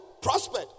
prospered